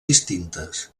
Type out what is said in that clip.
distintes